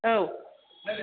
औ